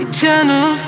Eternal